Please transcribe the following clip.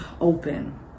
open